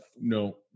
no